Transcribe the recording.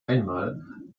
einmal